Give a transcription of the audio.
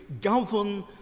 govern